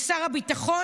משר הביטחון,